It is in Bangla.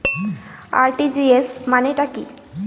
আর.টি.জি.এস মানে টা কি?